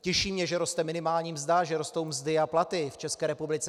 Těší mě, že roste minimální mzda, že rostou mzdy a platy v České republice.